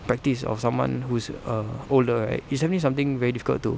practice of someone who's err older right it's definitely something very difficult to